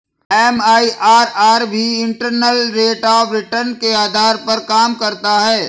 MIRR भी internal rate of return के आधार पर काम करता है